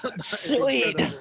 Sweet